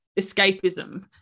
escapism